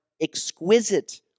exquisite